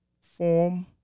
form